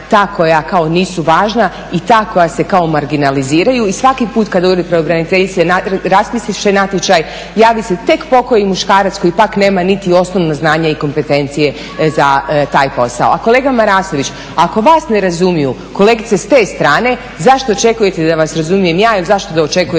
ta koja kao nisu važna i ta koja se kao marginaliziraju. I svaki put kada Ured pravobraniteljice raspiše natječaj javi se tek pokoji muškarac koji pak nema niti osnovna znanja i kompetencije za taj posao. A kolega Marasović ako vas ne razumiju kolegice s te strane zašto očekujete da vas razumijem ja ili zašto da očekujete